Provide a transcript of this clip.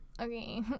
okay